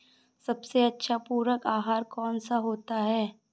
सबसे अच्छा पूरक आहार कौन सा होता है?